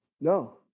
No